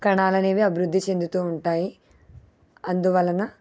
కణాలనేవి అభివృద్ధి చెందుతూ ఉంటాయి అందువలన